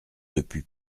depuis